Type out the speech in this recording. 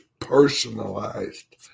personalized